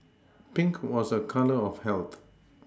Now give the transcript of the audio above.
Pink was a colour of health